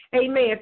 Amen